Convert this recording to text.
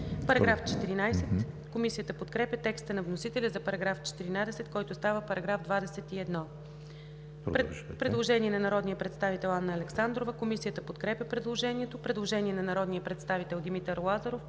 заличава.“ Комисията подкрепя текста на вносителя за § 14, който става § 21. Предложение на народния представител Анна Александрова. Комисията подкрепя предложението. Предложение на народния представител Димитър Лазаров